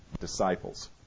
Disciples